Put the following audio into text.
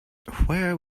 where